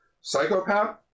Psychopath